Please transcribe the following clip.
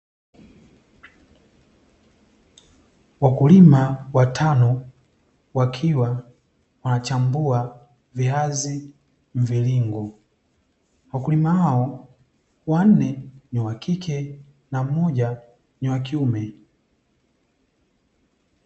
Wakulima watano wakiwa wanachambua viazi mviringo. Wakulima hao wanne ni wa kike na mmoja ni wa kiume.